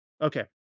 Okay